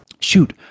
shoot